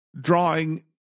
drawing